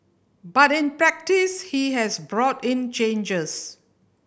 but in practice he has brought in changes